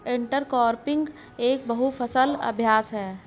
intercropping एक बहु फसल अभ्यास है